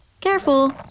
careful